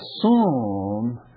assume